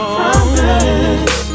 promise